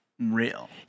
real